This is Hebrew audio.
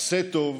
ועשה טוב